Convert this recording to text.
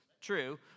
true